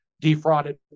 defrauded